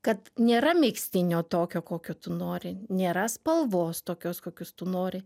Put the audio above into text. kad nėra megztinio tokio kokio tu nori nėra spalvos tokios kokios tu nori